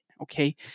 okay